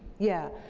yeah.